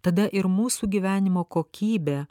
tada ir mūsų gyvenimo kokybė